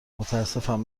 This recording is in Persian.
متاسفم